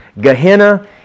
Gehenna